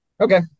Okay